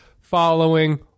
following